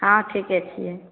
हाँ ठीके छियै